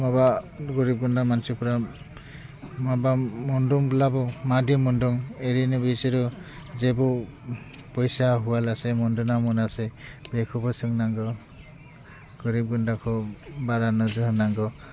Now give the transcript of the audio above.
माबा गोरिब गुन्द्रा मानसिफ्रा माबा मोनदोंब्लाबो मादि मोन्दों एरैनो बिसोरो जेबो फैसा होआलासे मन्दोना मनासै बेखौबो सोंनांगो गोरिब गुन्द्राखो बारा नोजोर होनांगौ